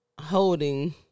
holding